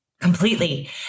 Completely